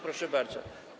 Proszę bardzo.